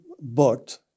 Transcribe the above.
booked